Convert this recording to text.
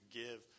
give